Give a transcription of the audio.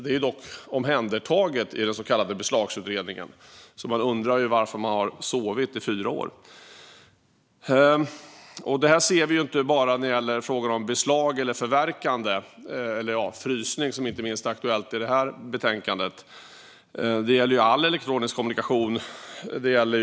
Detta är dock omhändertaget i den så kallade Beslagsutredningen, så man undrar varför reservanterna har sovit i fyra år. Det här ser vi inte bara när det gäller frågor om beslag, förverkande och frysning, som inte minst är aktuellt i det här betänkandet. Det gäller all elektronisk kommunikation, kameraövervakning och så vidare.